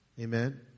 Amen